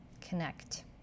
connect